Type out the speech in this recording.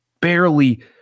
barely